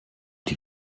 die